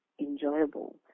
enjoyable